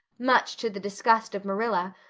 much to the disgust of marilla,